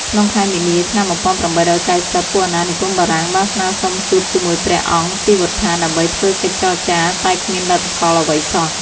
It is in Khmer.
ក្នុងខែមីនា ឆ្នាំ ១៨៩០ ពួកអាណានិគមបារាំងបានស្នើសុំជួបជាមួយព្រះអង្គស៊ីវត្ថាដើម្បីធ្វើកិច្ចចរចា តែគ្មានលទ្ធផលអ្វីសោះ។